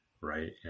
Right